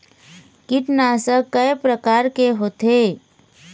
कीटनाशक कय प्रकार के होथे?